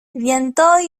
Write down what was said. bientôt